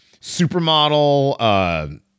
supermodel